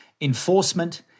enforcement